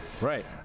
Right